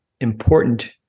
important